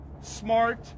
smart